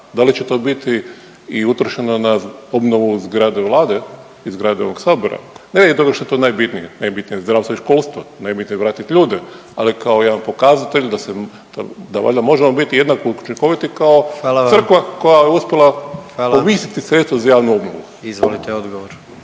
Da li će to biti i utrošeno na obnovu zgrade Vlade i zgrade ovog Sabora, ne radi toga što je to najbitnije, najbitnije je zdravstvo i školstvo, najbitnije je vratiti ljude. Ali kao jedan pokazatelj da valjda možemo biti jednako učinkoviti kao crkva … …/Upadica predsjednik: Hvala vam./…